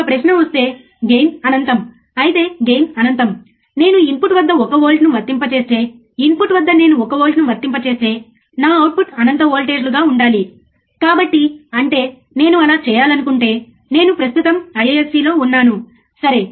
ఈ చివరి స్లయిడ్లో మీరు చూడగలిగే ఒక విషయం మరియు ప్రతిసారీ నేను మంచి చేసిన కొంతమంది ప్రసిద్ధ వ్యక్తుల జీవితంలో నుండి ఒక కోట్ తీసుకురావడానికి ప్రయత్నిస్తాను సరే